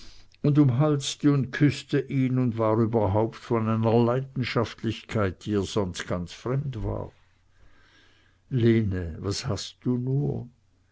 und umhalste und küßte ihn und war überhaupt von einer leidenschaftlichkeit die ihr sonst ganz fremd war lene was hast du nur